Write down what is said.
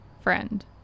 friend